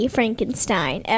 Frankenstein